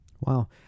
Wow